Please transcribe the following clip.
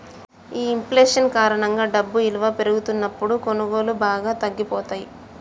ఈ ఇంఫ్లేషన్ కారణంగా డబ్బు ఇలువ పెరుగుతున్నప్పుడు కొనుగోళ్ళు బాగా తగ్గిపోతయ్యి